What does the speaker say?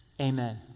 amen